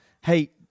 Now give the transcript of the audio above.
hey